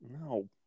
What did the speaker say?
No